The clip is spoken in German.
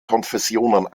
konfessionen